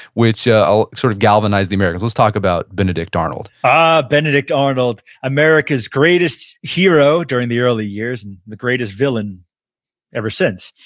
which ah sort of galvanized the americans. let's talk about benedict arnold ah, benedict arnold. america's greatest hero during the early years, and the greatest villain ever since.